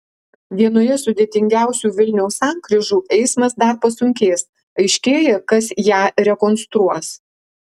vienoje sudėtingiausių vilniaus sankryžų eismas dar pasunkės aiškėja kas ją rekonstruos